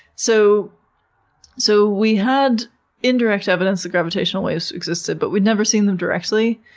so so we had indirect evidence that gravitational waves existed but we'd never seen them directly.